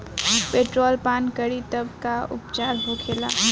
Petrol पान करी तब का उपचार होखेला?